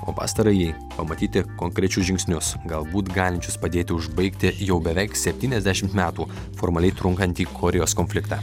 o pastarąjį pamatyti konkrečius žingsnius galbūt galinčius padėti užbaigti jau beveik septyniasdešimt metų formaliai trunkantį korėjos konfliktą